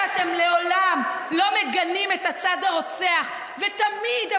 זה שאתם לעולם לא מגנים את הצד הרוצח ותמיד,